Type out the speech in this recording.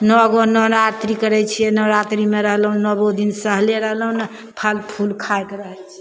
नओ गो नवरात्रि करै छिए नवरात्रिमे रहलहुँ नओ दिन सहले रहलहुँ फलफूल खाइत रहै छिए